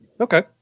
Okay